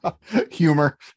Humor